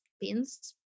pins